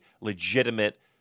legitimate